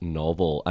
novel